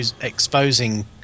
exposing